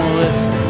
listen